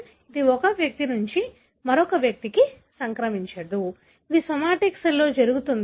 ఇది ఒక వ్యక్తి నుండి మరొకరికి సంక్రమించదు ఇది ఒక సోమాటిక్ సెల్లో జరుగుతుంది